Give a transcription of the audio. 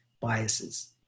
biases